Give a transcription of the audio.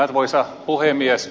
arvoisa puhemies